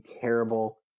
terrible